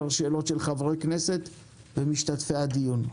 שאלות של חברי כנסת ומשתתפי הדיון.